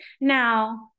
Now